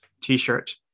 t-shirt